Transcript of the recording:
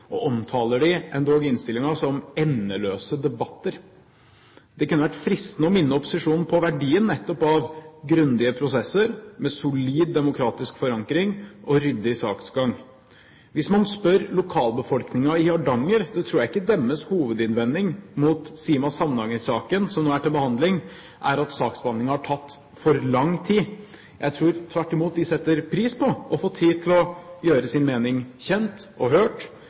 og omtaler dem endog i innstillingen som «endeløse debatter». Det kunne vært fristende å minne opposisjonen på verdien nettopp av grundige prosesser, med solid demokratisk forankring og ryddig saksgang. Hvis en spør lokalbefolkningen i Hardanger, tror jeg ikke deres hovedinnvending mot Sima–Samnanger-saken, som nå er til behandling, er at saksbehandlingen har tatt for lang tid, jeg tror tvert imot de setter pris på å få tid til å gjøre sin mening kjent og hørt,